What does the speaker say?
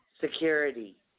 security